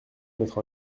mettre